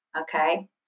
okay